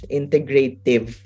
integrative